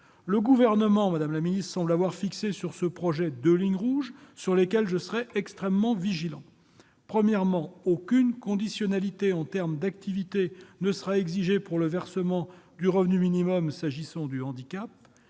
Le Gouvernement semble avoir fixé deux lignes rouges, sur lesquelles je serai extrêmement vigilant : premièrement, aucune conditionnalité en termes d'activité ne sera exigée pour le versement du revenu minimum s'agissant du handicap